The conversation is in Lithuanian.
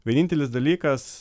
vienintelis dalykas